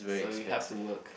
so you have to work